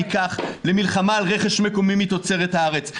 ניקח למלחמה על רכש מקומי מתוצרת הארץ,